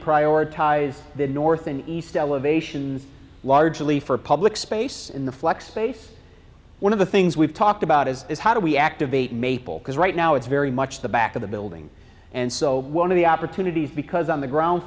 prioritize the north and east elevations largely for public space in the flex space one of the things we've talked about is is how do we activate maple because right now it's very much the back of the building and so one of the opportunities because on the ground